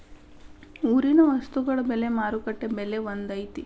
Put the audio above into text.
ಊರಿನ ವಸ್ತುಗಳ ಬೆಲೆ ಮಾರುಕಟ್ಟೆ ಬೆಲೆ ಒಂದ್ ಐತಿ?